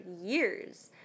years